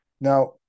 Now